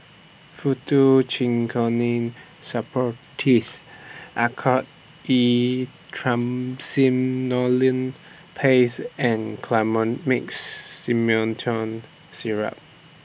Faktu Cinchocaine Suppositories Oracort E Triamcinolone Paste and Colimix Simethicone Syrup